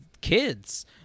kids